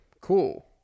cool